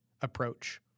approach